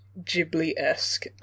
Ghibli-esque